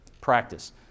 practice